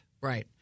right